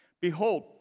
Behold